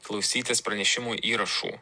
klausytis pranešimų įrašų